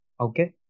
Okay